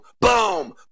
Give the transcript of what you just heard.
boom